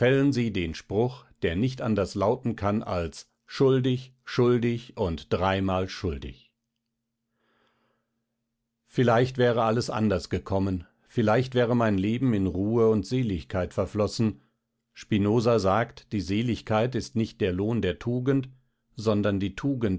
den spruch der nicht anders lauten kann als schuldig schuldig und dreimal schuldig vielleicht wäre alles anders gekommen vielleicht wäre mein leben in ruhe und seligkeit verflossen spinoza sagt die seligkeit ist nicht der lohn der tugend sondern die